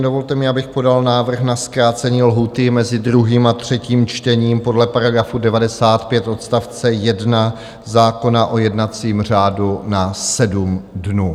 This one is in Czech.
Dovolte mi, abych podal návrh na zkrácení lhůty mezi druhým a třetím čtením podle § 95 odst. 1 zákona o jednacím řádu na 7 dnů.